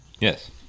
Yes